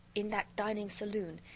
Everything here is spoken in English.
in that dining saloon,